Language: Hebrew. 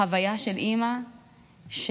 חוויה של אימא שיודעת